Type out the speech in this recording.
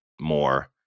more